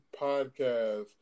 Podcast